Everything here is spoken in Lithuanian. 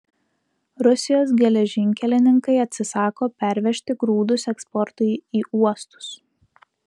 rusijos geležinkelininkai atsisako pervežti grūdus eksportui į uostus